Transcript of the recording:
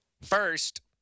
First